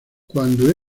cuando